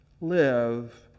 live